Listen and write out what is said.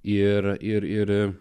ir ir ir